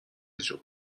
جون